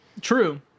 True